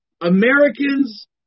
Americans